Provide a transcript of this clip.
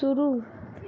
शुरू